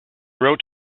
wrote